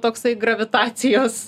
toksai gravitacijos